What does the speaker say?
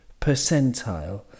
percentile